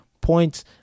points